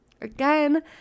Again